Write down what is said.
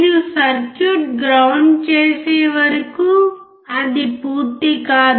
మీరు circuit ground చేసే వరకు అది పూర్తి కాదు